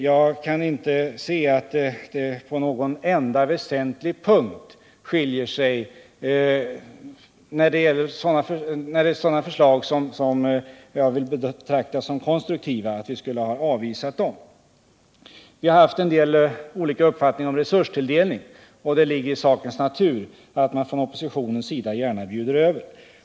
Jag kan inte se att vi på någon enda väsentlig punkt skulle ha avvisat sådana förslag som jag vill betrakta som konstruktiva. Vi har haft en del olika uppfattningar om resurstilldelningen, och det ligger i sakens natur att man från oppositionens sida gärna bjuder över.